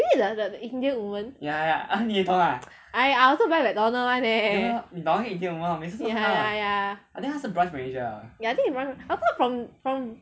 is it the the indian women I I also buy McDonald's one eh ya ya ya ya I think is branch I heard from from